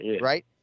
right